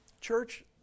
Church